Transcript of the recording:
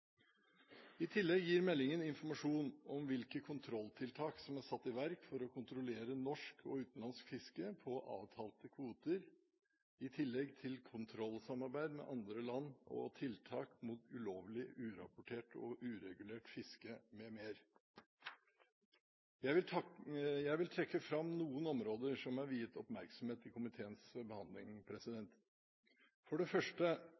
I tillegg gir man i meldingen informasjon om hvilke kontrolltiltak som er iverksatt for å kontrollere norsk og utenlandsk fiske på avtalte kvoter, i tillegg til kontrollsamarbeidet med andre land og tiltak mot ulovlig, urapportert og uregulert fiske m.m. Jeg vil trekke fram noen områder som er viet oppmerksomhet under komiteens behandling. For det første